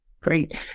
Great